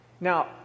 now